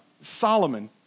Solomon